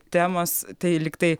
temos tai lyg tai